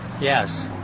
Yes